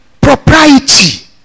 propriety